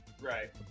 right